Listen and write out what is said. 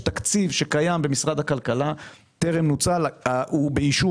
יש תקציב שקיים במשרד הכלכלה שטרם נוצל והוא באישור